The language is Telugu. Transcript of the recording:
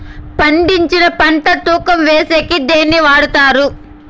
పండించిన పంట తూకం వేసేకి దేన్ని వాడతారు?